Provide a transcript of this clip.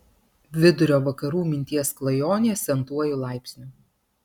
vidurio vakarų minties klajonės n tuoju laipsniu